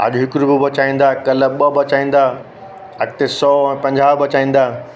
अॼु हिकु रुपयो बचाईंदा कल्ह ॿ बचाईंदा अॻिते सौ पंजाह बचाईंदा